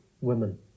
women